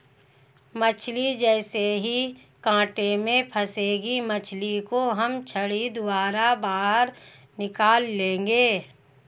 मछली जैसे ही कांटे में फंसेगी मछली को हम छड़ी द्वारा बाहर निकाल लेंगे